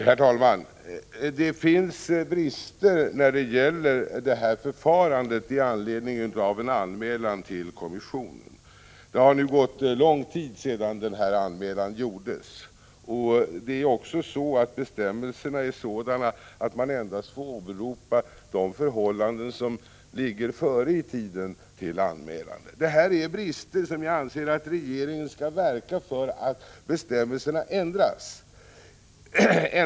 Herr talman! Det finns brister i det förfarande som tillämpas med anledning av en anmälan till kommissionen. Det har nu gått lång tid sedan den nu aktuella anmälan gjordes. Bestämmelserna är dessutom sådana att man endast får åberopa de förhållanden som rådde före tiden för anmälan. Bristerna är sådana att jag anser att regeringen skall verka för att bestämmelserna ändras.